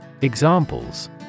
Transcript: Examples